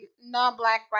non-black